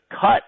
cut